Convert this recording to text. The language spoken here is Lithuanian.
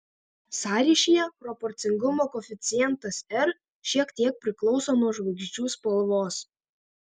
sąryšyje proporcingumo koeficientas r šiek tiek priklauso nuo žvaigždžių spalvos